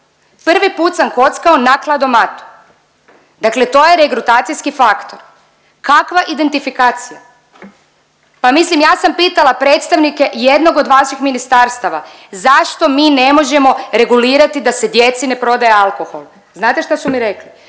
prvi put sam kockao na kladomatu. Dakle, to je regrutacijski faktor. Kakva identifikacija? Pa mislim ja sam pitala predstavnike jednog od vaših ministarstava zašto mi ne možemo regulirati da se djeci ne prodaje alkohol? Znate šta su mi rekli?